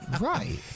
Right